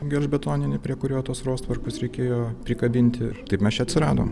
gelžbetoninį prie kurio tuos rostverkus reikėjo prikabinti taip mes čia atsiradom